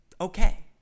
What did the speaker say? okay